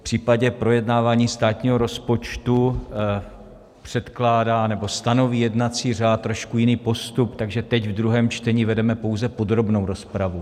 V případě projednávání státního rozpočtu stanoví jednací řád trošku jiný postup, takže teď ve druhém čtení vedeme pouze podrobnou rozpravu.